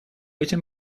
этим